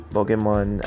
Pokemon